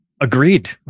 agreed